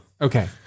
Okay